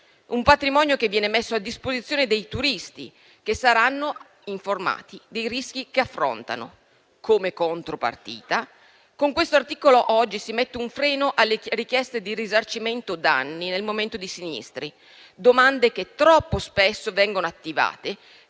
patrimonio viene messo a disposizione dei turisti, che saranno informati dei rischi che affrontano. Come contropartita, con questo articolo oggi si mette un freno alle richieste di risarcimento danni a seguito di sinistri, domande che troppo spesso vengono attivate